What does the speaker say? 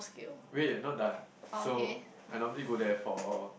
wait not done so I normally go there for